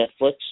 Netflix